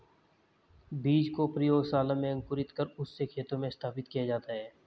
बीज को प्रयोगशाला में अंकुरित कर उससे खेतों में स्थापित किया जाता है